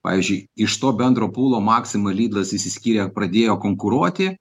pavyzdžiui iš to bendro pulo maxima lidlas išsiskyrė pradėjo konkuruoti